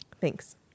Thanks